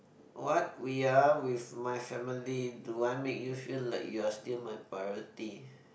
what we're with my family do I make you feel like you're still my party